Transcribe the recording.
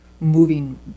Moving